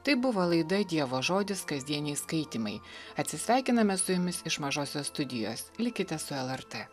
tai buvo laida dievo žodis kasdieniai skaitymai atsisveikiname su jumis iš mažosios studijos likite su lrt